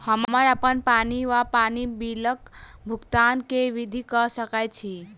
हम्मर अप्पन पानि वा पानि बिलक भुगतान केँ विधि कऽ सकय छी?